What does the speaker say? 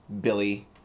Billy